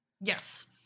Yes